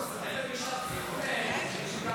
נצביע כעת על הסתייגות